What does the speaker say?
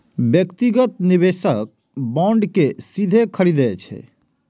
व्यक्तिगत निवेशक बांड कें सीधे खरीदै छै